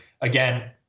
again